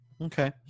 Okay